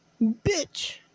Bitch